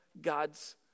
God's